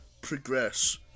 progress